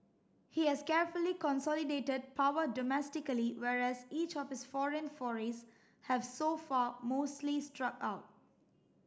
he has carefully consolidated power domestically whereas each of his foreign forays have so far mostly struck out